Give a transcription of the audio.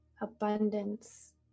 abundance